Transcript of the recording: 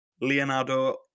Leonardo